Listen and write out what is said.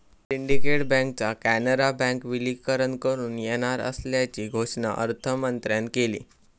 syndicate बँकेचा कॅनरा बँकेत विलीनीकरण करुक येणार असल्याची घोषणा अर्थमंत्र्यांन केली